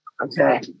Okay